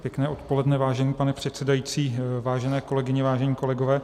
Pěkné odpoledne, vážený pane předsedající, vážené kolegyně, vážení kolegové.